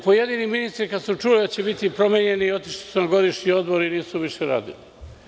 Pojedini ministri kada su čuli da će biti promenjeni, otišli su na godišnji odmor i nisu više radili.